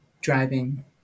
driving